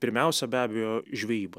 pirmiausia be abejo žvejyba